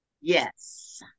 Yes